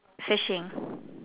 fishing